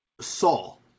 saul